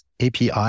API